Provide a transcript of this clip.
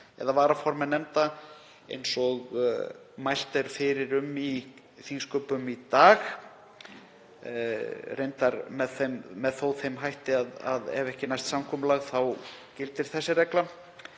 eða varaformenn nefnda eins og mælt er fyrir um í þingsköpum í dag, reyndar þó með þeim hætti að ef ekki næst samkomulag þá gildir sú regla.